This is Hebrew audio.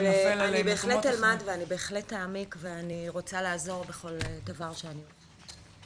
אני בהחלט אלמד ואני בהחלט אעמיק ואני רוצה לעזור בכל דבר שאני אוכל.